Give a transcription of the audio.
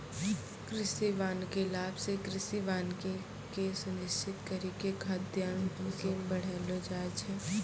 कृषि वानिकी लाभ से कृषि वानिकी के सुनिश्रित करी के खाद्यान्न के बड़ैलो जाय छै